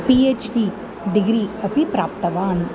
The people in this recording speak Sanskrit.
पि एच् डि डिग्रि अपि प्राप्तवान्